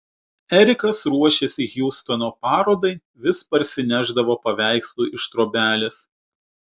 erikas ruošėsi hjustono parodai vis parsinešdavo paveikslų iš trobelės